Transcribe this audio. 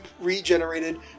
regenerated